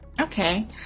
Okay